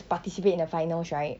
participate in the finals right